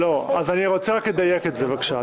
לא, אני רוצה לדייק את זה, בבקשה.